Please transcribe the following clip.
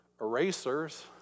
erasers